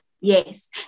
Yes